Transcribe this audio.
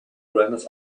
buenos